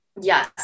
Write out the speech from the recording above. yes